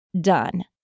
done